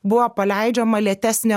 buvo paleidžiama lėtesnė